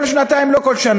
כל שנתיים, לא כל שנה.